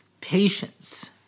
Patience